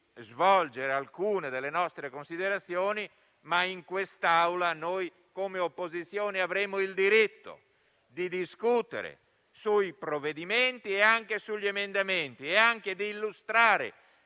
svolgere alcune delle nostre considerazioni, ma in quest'Aula, come opposizione, avremmo il diritto di discutere sui provvedimenti, sugli emendamenti e anche di illustrare